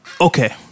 okay